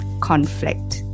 conflict